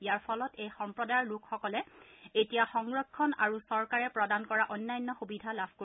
ইয়াৰ ফলত এই সম্প্ৰদায়ৰ লোকসকলে এতিয়া সংৰক্ষণ আৰু চৰকাৰে প্ৰদান কৰা অন্যান্য সূবিধা লাভ কৰিব